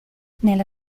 nella